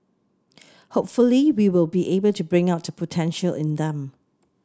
hopefully we will be able to bring out the potential in them